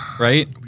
right